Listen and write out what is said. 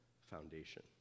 foundation